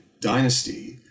dynasty